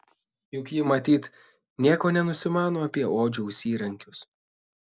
juk ji matyt nieko nenusimano apie odžiaus įrankius